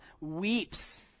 weeps